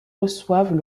reçoivent